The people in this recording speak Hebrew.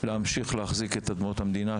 להמשיך להחזיק באדמות המדינה,